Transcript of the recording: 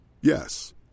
Yes